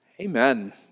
Amen